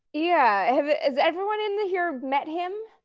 yeah. has everyone in the here met him?